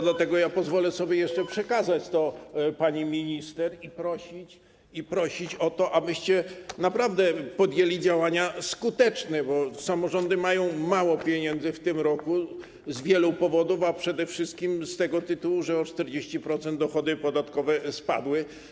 Dlatego pozwolę sobie jeszcze przekazać to pismo pani minister i prosić o to, abyście naprawdę podjęli działania skuteczne, bo samorządy mają mało pieniędzy w tym roku z wielu powodów, a przede wszystkim z tego tytułu, że o 40% dochody podatkowe spadły.